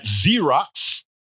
Xerox